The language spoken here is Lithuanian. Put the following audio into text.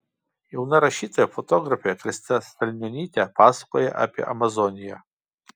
jauna rašytoja fotografė kristina stalnionytė pasakoja apie amazoniją